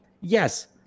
Yes